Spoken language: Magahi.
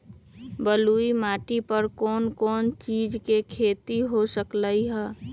बलुई माटी पर कोन कोन चीज के खेती हो सकलई ह?